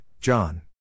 John